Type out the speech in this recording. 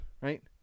right